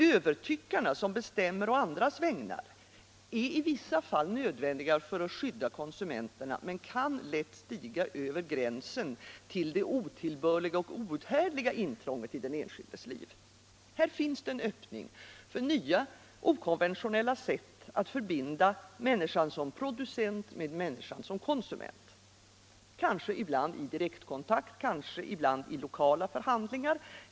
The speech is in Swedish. Övertyckarna som bestämmer å andras vägnar är i vissa fall nödvändiga för att skydda konsumenterna men kan lätt stiga över gränsen till det otillbörliga och outhärdliga intrånget i den enskildes liv. Här finns en öppning för nya, okonventionella sätt att förbinda människan som producent med människan som konsument — kanske ibland Allmänpolitisk debatt Allmänpolitisk debatt i direktkontakt, kanske i lokala förhandlingar.